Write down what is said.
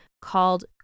called